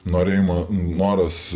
norėjimo noras